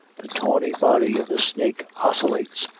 the tawny body of the snake oscillates,